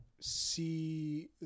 see